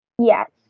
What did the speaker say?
Yes